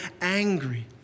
angry